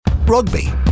Rugby